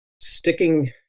sticking